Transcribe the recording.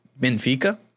Benfica